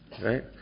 right